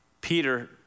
Peter